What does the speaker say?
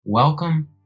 Welcome